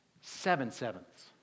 seven-sevenths